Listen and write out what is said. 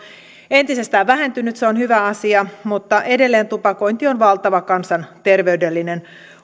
entisestään vähentynyt se on hyvä asia mutta edelleen tupakointi on valtava kansanterveydellinen